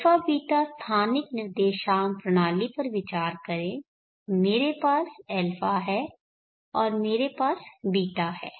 α β स्थानिक निर्देशांक प्रणाली पर विचार करें मेरे पास α है और मेरे पास β है